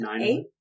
Eight